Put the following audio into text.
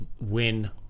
win